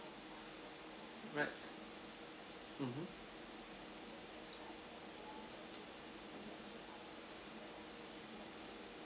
right mmhmm